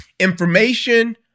Information